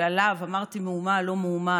שעליו אמרתי: מהומה על לא מאומה,